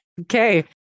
Okay